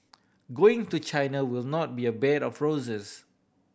going to China will not be a bed of roses